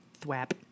THWAP